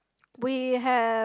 we have